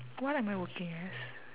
what am I working as